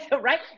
right